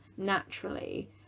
naturally